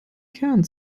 kern